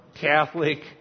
Catholic